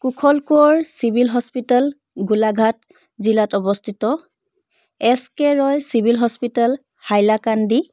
কুশল Konwar civil hospital Golaghat জিলাত অৱস্থিত S K Roy civil hospital Hailakandi